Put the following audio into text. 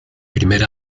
primer